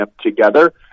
together